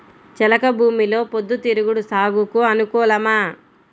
చెలక భూమిలో పొద్దు తిరుగుడు సాగుకు అనుకూలమా?